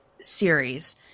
series